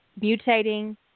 mutating